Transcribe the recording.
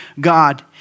God